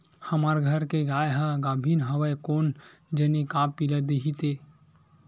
हमर घर के गाय ह गाभिन हवय कोन जनी का पिला दिही ते